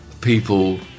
people